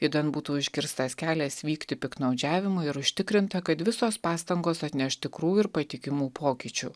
idant būtų užkirstas kelias vykti piktnaudžiavimui ir užtikrinta kad visos pastangos atneš tikrų ir patikimų pokyčių